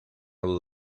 will